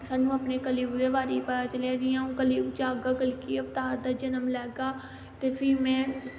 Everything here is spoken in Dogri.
स्हानू अपने कलयुग दे बारे च पता चलेआ जियां अऊं कलयुग बिच्च आह्गा कलकी अवगार दा जन्म लैह्ग्गा ते फ्ही मैं